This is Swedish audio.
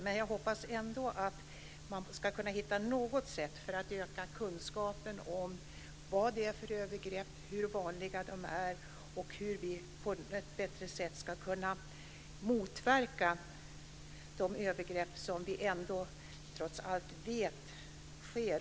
Men jag hoppas ändå att man ska kunna hitta något sätt för att öka kunskapen om vad det är för övergrepp, hur vanliga de är och hur vi på ett bättre sätt ska kunna motverka de övergrepp som vi trots allt vet sker.